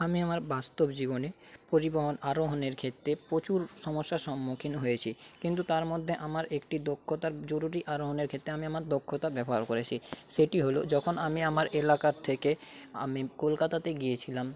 আমি আমার বাস্তব জীবনে পরিবহন আরোহণের ক্ষেত্রে প্রচুর সমস্যার সম্মুখীন হয়েছি কিন্তু তার মধ্যে আমার একটি দক্ষতা জরুরী আরোহণের ক্ষেত্রে আমি আমার দক্ষতা ব্যবহার করেছি সেটি হল যখন আমি আমার এলাকার থেকে আমি কলকাতাতে গিয়েছিলাম